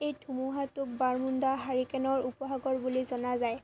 এই ধুমুহাটোক বাৰ্মুডা হাৰিকেনৰ উপসাগৰ বুলি জনা যায়